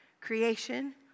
Creation